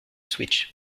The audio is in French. switch